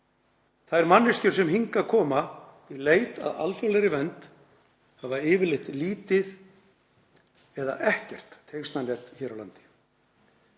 Þær manneskjur sem hingað koma í leit að alþjóðlegri vernd hafa yfirleitt lítið eða ekkert tengslanet hér á landi.